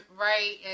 right